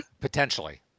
potentially